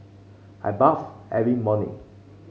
I bathe every morning